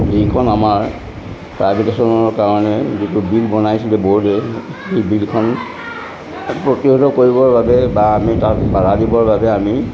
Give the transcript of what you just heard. আমাৰ প্ৰাইভেটেশ্যনৰ কাৰণে যিটো বিল বনাইছিলে বৰ্ডে সেই বিলখন প্ৰতিহত কৰিবৰ বাবে বা আমি তাত বাধা দিবৰ বাবে আমি